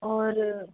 ਔਰ